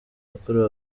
yakorewe